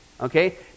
Okay